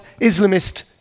Islamist